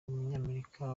umunyamerika